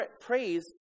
praise